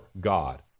God